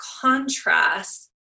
contrast